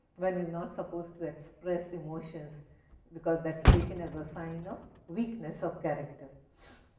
one is not supposed to express emotions because that is taken as a sign of weakness of character.